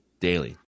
Daily